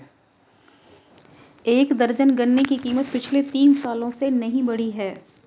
एक दर्जन गन्ने की कीमत पिछले तीन सालों से नही बढ़ी है